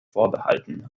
vorbehalten